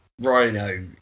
Rhino